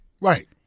Right